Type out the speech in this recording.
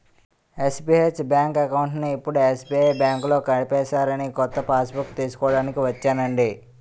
SBH bank అకౌంట్ని ఇప్పుడు SBI బాంకులో కలిపేసారని కొత్త పాస్బుక్కు తీస్కోడానికి ఒచ్చానండి